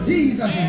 Jesus